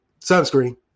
sunscreen